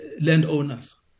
landowners